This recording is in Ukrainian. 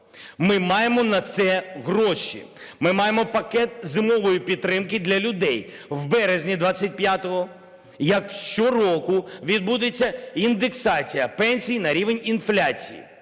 Ми маємо на це гроші. Ми маємо пакет зимової підтримки для людей. В березні 2025-го, як щороку, відбудеться індексація пенсій на рівень інфляції.